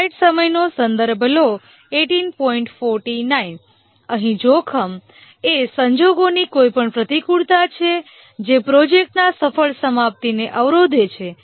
slide સમયનો સંદર્ભ લો 1849 અહીં જોખમ એ સંજોગોની કોઈપણ પ્રતિકૂળતા છે જે પ્રોજેક્ટના સફળ સમાપ્તિને અવરોધે છે